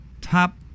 top